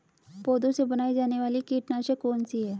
पौधों से बनाई जाने वाली कीटनाशक कौन सी है?